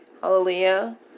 Hallelujah